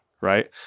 right